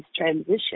transition